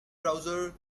browser